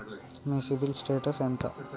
మీ CIBIL status ఎంత?